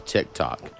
TikTok